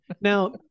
Now